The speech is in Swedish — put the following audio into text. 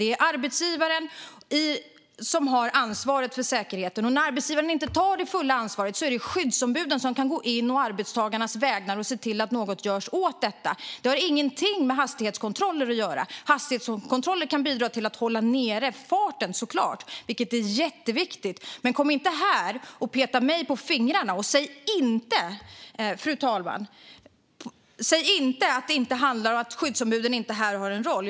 Det är arbetsgivaren som har ansvaret för säkerheten, och när arbetsgivaren inte tar det fulla ansvaret är det skyddsombuden som å arbetstagarnas vägnar kan gå in och se till att något görs åt detta. Det har ingenting med hastighetskontroller att göra. Hastighetskontroller kan såklart bidra till att hålla nere farten, vilket är jätteviktigt, men kom inte här och slå mig på fingrarna! Och säg inte att skyddsombuden inte har en roll!